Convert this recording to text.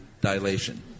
dilation